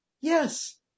yes